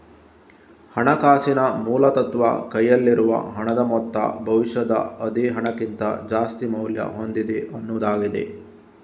ಹಣಕಾಸಿನ ಮೂಲ ತತ್ವ ಕೈಯಲ್ಲಿರುವ ಹಣದ ಮೊತ್ತ ಭವಿಷ್ಯದ ಅದೇ ಹಣಕ್ಕಿಂತ ಜಾಸ್ತಿ ಮೌಲ್ಯ ಹೊಂದಿದೆ ಅನ್ನುದಾಗಿದೆ